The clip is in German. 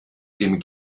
dem